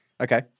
okay